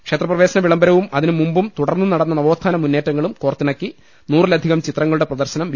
ക്ഷേത്രപ്രവേ ശന വിളംബരവും അതിന് മുമ്പും തുടർന്നും നടന്ന നവോത്ഥാന മുന്നേറ്റങ്ങളും കോർത്തിണക്കി നൂറിലധികം ചിത്രങ്ങളുടെ പ്രദർശനം വി